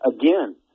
Again